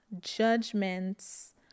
judgments